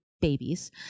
babies